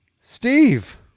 Steve